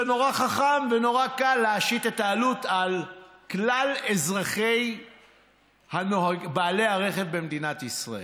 זה נורא חכם ונורא קל להשית את העלות על כלל בעלי הרכב במדינת ישראל.